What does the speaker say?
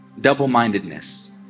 double-mindedness